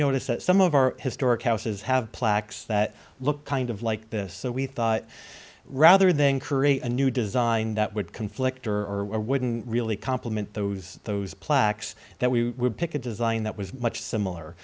notice that some of our historic houses have plaques that look kind of like this so we thought rather than create a new design that would conflict or or wouldn't really complement those those plaques that we would pick a design that was much similar